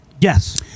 Yes